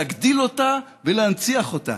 להגדיל אותה ולהנציח אותה.